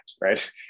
right